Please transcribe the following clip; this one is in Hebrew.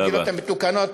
המדינות המתוקנות.